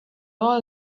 all